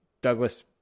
Douglas